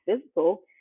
physical